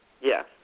Yes